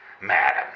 Madam